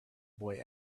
boy